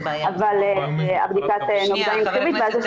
אבל בדיקת הנוגדנים היא חיובית ואז יש